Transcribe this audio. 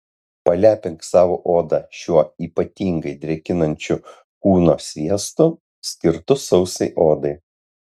palepink savo odą šiuo ypatingai drėkinančiu kūno sviestu skirtu sausai odai